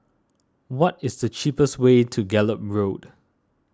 what is the cheapest way to Gallop Road